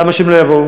למה שהם לא יבואו?